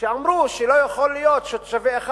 כשאמרו שלא יכול להיות שתושבי אחד